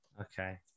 Okay